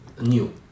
new